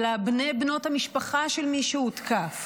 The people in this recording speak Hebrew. אלא בני בנות המשפחה של מי שהותקף